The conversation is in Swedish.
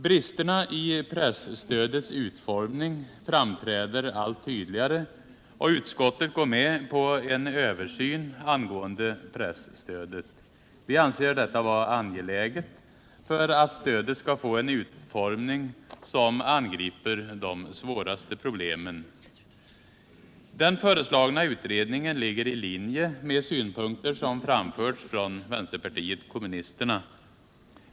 Bristerna i presstödets utformning framträder allt tydligare, och utskottet går med på en översyn. Vi anser det vara angeläget för att stödet skall få en utformning som angriper de svåraste problemen. Den föreslagna utredningen ligger i linje med synpunkter som framförts från vpk.